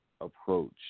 approach